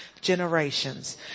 generations